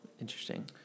Interesting